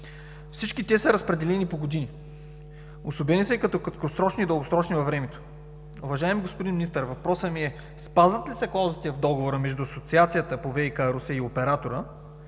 Всички те са разпределени по години. Обособени са и като краткосрочни и дългосрочни във времето. Уважаеми господин Министър, въпросът ми е: спазват ли се клаузите в договора между Асоциацията по ВиК – Русе, и оператора?